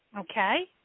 okay